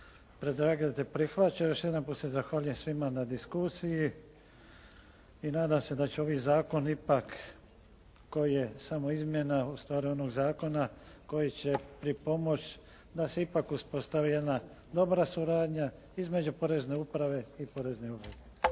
predlagatelj prihvaća. Još jedanput se zahvaljujem svima na diskusiji i nadam se da će ovaj zakon ipak, koji je samo izmjena ustvari onoga zakona koji će pripomoći da se ipak uspostavi jedna dobra suradnja između porezne uprave i porezne obveze.